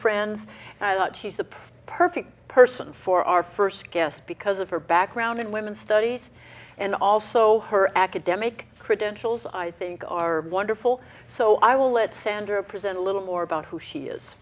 that she's the perfect person for our first guest because of her background in women's studies and also her academic credentials i think are wonderful so i will let sandra present a little more about who she is